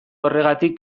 horregatik